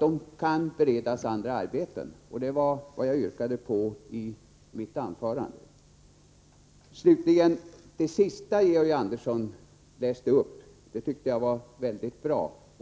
De skall beredas andra arbeten. Det är vad jag yrkade på i mitt anförande. Slutligen: Det sista Georg Andersson läste upp var mycket bra.